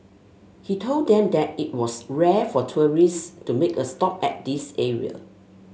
he told them that it was rare for tourists to make a stop at this area